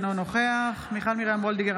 אינו נוכח מיכל מרים וולדיגר,